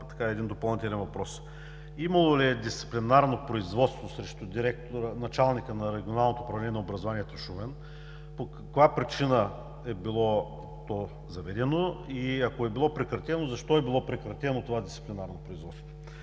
задам един допълнителен въпрос: имало ли е дисциплинарно производство срещу началника на Регионалното управление на образованието – Шумен, по каква причина е било заведено то и, ако е било прекратено, защо е било прекратено това дисциплинарно производство?